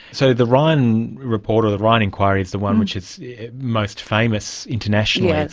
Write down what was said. so the ryan report or the ryan inquiry is the one which is most famous internationally,